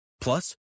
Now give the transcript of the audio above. Plus